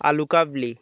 আলু কাবলি